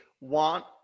want